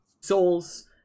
souls